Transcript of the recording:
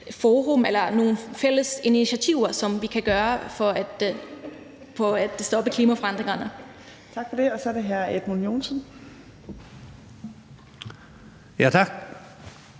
der var nogle fælles initiativer, vi kunne tage, for at stoppe klimaforandringerne.